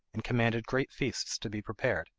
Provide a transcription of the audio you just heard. and commanded great feasts to be prepared,